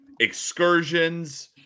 Excursions